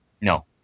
no